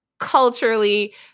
Culturally